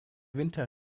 winter